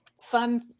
Fun